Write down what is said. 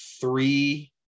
three